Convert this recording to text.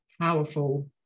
powerful